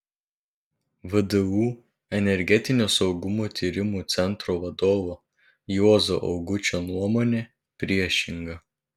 vdu energetinio saugumo tyrimų centro vadovo juozo augučio nuomonė priešinga